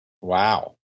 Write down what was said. Wow